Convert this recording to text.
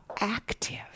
active